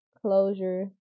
closure